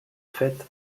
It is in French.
fait